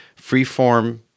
Freeform